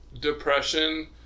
depression